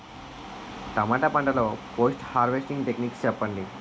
టమాటా పంట లొ post harvesting techniques చెప్పండి?